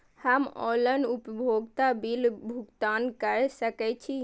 हम ऑनलाइन उपभोगता बिल भुगतान कर सकैछी?